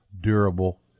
durable